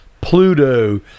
Pluto